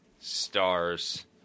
stars